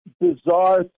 bizarre